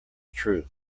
true